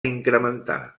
incrementar